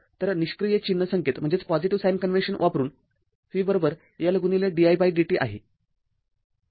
तर निष्क्रिय चिन्ह संकेत वापरून v L didt आहे